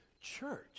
church